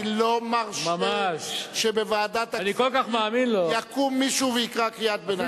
אני לא מרשה שבוועדת הכספים יקום מישהו ויקרא קריאת ביניים.